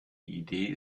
idee